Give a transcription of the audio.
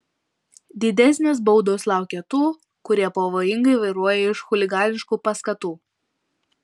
didesnės baudos laukia tų kurie pavojingai vairuoja iš chuliganiškų paskatų